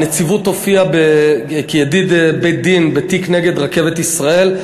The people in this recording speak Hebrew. הנציבות הופיעה כידיד בית-דין בתיק נגד "רכבת ישראל".